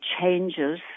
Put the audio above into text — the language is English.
changes